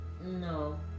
No